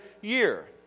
year